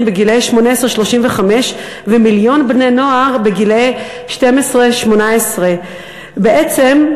גילאי 18 35 ומיליון בני-נוער גילאי 12 18. בעצם,